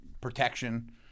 protection